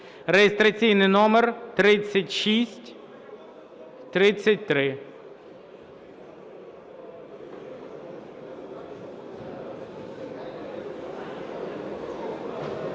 (реєстраційний номер 3633).